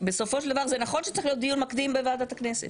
בסופו של דבר זה נכון שצריך להיות דיון מעמיק בוועדת הכנסת